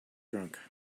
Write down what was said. drunk